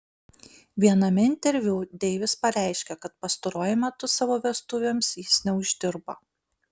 viename interviu deivis pareiškė kad pastaruoju metu savo vestuvėms jis neuždirba